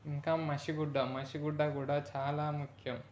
ఇంకా మసి గుడ్డ మసి గుడ్డ కూడా చాలా ముఖ్యం